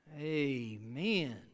Amen